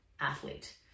athlete